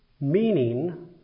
meaning